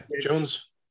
jones